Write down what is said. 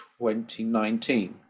2019